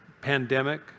pandemic